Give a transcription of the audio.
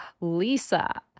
Lisa